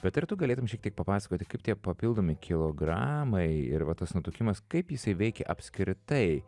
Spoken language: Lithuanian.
bet ir tu galėtum šiek tiek papasakoti kaip tie papildomi kilogramai ir va tas nutukimas kaip jisai veikia apskritai